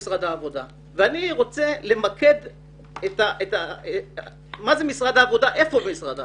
אני רוצה למקד איפה במשרד העבודה.